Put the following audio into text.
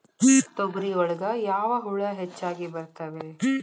ತೊಗರಿ ಒಳಗ ಯಾವ ಹುಳ ಹೆಚ್ಚಾಗಿ ಬರ್ತವೆ?